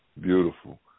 Beautiful